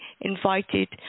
invited